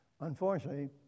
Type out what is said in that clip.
Unfortunately